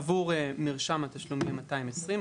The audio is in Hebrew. עבור מרשם התשלום יהיה כ-220 ₪.